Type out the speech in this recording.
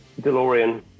delorean